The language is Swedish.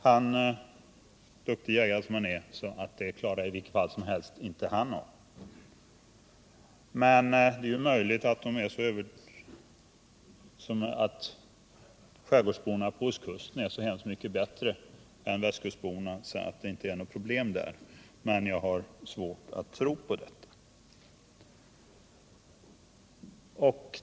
Denna person, duktig jägare som han är, sade att i vilket fall som helst klarar inte han av det. Det är möjligt att skärgårdsborna på ostkusten är så mycket bättre än västkust borna att det inte finns problem där — men jag har svårt att tro på det.